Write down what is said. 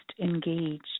engaged